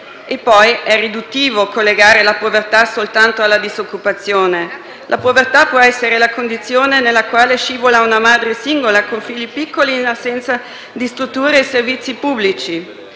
È poi riduttivo collegare la povertà soltanto alla disoccupazione. La povertà può essere la condizione nella quale scivola una madre sola, con figli piccoli, in assenza di strutture e servizi pubblici.